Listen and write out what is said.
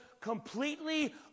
completely